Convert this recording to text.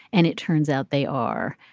and it turns out they are.